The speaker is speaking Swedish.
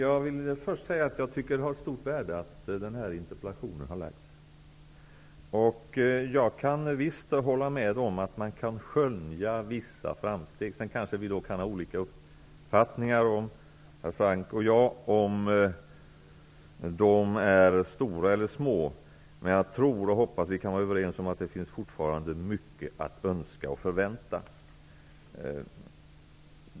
Herr talman! Jag tycker att det har ett stort värde att den här interpellationen har lagts fram. Jag kan visst hålla med om att det går att skönja vissa framsteg. Hans Göran Franck och jag kan sedan ha olika uppfattningar om huruvida dessa framsteg är stora eller små. Men jag tror och hoppas att vi kan vara överens om att det fortfarande finns mycket att önska och förvänta.